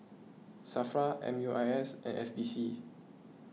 Safra M U I S and S D C